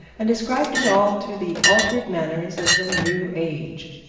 and ascribed it all to the altered manners of the new age.